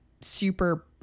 super